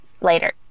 Later